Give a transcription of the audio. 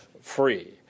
free